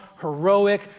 heroic